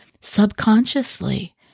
subconsciously